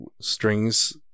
strings